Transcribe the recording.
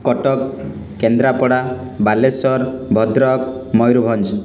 Cuttack Kendrapara Baleswar Bhadrak Mayurbhanj